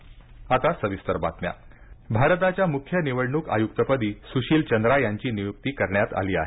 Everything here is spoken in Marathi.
मुख्य निवडणक आयक्त भारताच्या मुख्य निवडणूक आयुक्तपदी सुशील चंद्रा यांची नियुक्ती करण्यात आली आहे